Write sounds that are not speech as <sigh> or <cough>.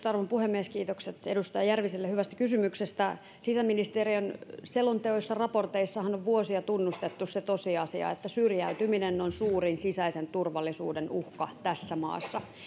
<unintelligible> arvon puhemies kiitokset edustaja järviselle hyvästä kysymyksestä sisäministeriön selonteoissa raporteissahan on vuosia tunnustettu se tosiasia että syrjäytyminen on suurin sisäisen turvallisuuden uhka tässä maassa